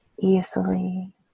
easily